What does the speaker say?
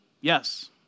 Yes